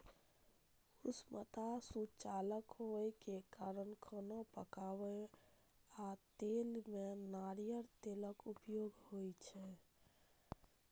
उष्णता सुचालक होइ के कारण खाना पकाबै आ तलै मे नारियल तेलक उपयोग होइ छै